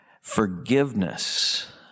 forgiveness